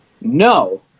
No